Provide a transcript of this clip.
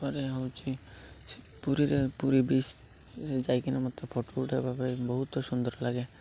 ପରେ ହେଉଛି ପୁରୀରେ ପୁରୀ ବିଚ୍ ଯାଇକିନା ମତେ ଫଟୋ ଉଠେଇବା ପାଇଁ ବହୁତ ସୁନ୍ଦର ଲାଗେ